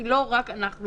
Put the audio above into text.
כי לא רק אנחנו